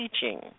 teaching